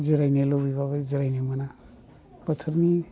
जिरायनो लुबैबाबो जिरायनो मोना बोथोरनि